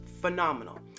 phenomenal